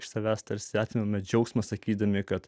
savęs tarsi esame džiaugsmas sakydami kad